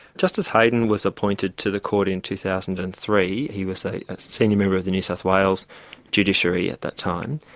justice heydon was appointed to the court in two thousand and three, he was a senior member of the new south wales judiciary at that time,